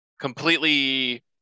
completely